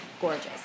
gorgeous